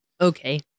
Okay